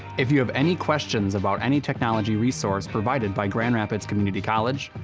if you have any questions about any technology resource provided by grand rapids community college,